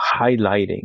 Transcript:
highlighting